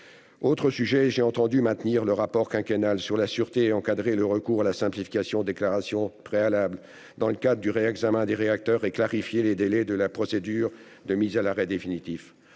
ailleurs, j'ai entendu maintenir le rapport quinquennal sur la sûreté, encadrer le recours à la simple déclaration préalable dans le cadre du réexamen des réacteurs et clarifier les délais de la procédure de mise à l'arrêt définitif.